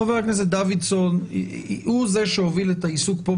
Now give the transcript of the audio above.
חבר הכנסת דוידסון הוא זה שהוביל את העיסוק כאן